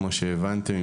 כמו שהבנתם,